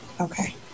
Okay